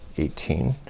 eighteen,